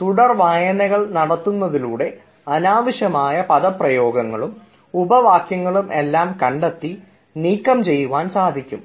തുടർ വായനകൾ നടത്തുന്നതിലൂടെ അനാവശ്യമായ പദപ്രയോഗങ്ങളും ഉപവാക്യങ്ങളുമെല്ലാം കണ്ടെത്തി നീക്കം ചെയ്യുവാൻ സാധിക്കും